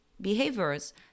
behaviors